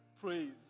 Praise